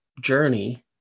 journey